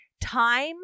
time